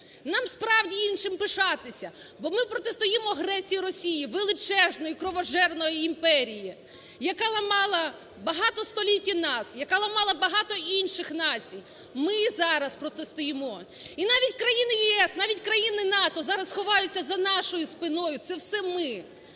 Нам справді є чим пишатися, бо ми протистоїмо агресії Росії, величезної і кровожерної імперії, яка ламала багато століть і нас, яка ламала багато інших націй. Ми зараз про це стоїмо. І навіть країни ЄС, навіть країни НАТО зараз ховаються за нашою спиною. Це все ми.